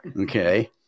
Okay